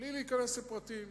בלי להיכנס לפרטים,